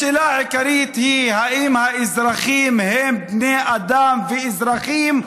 השאלה העיקרית היא: האם האזרחים הם בני אדם ואזרחים,